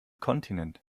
kontinent